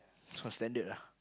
!wah! standard lah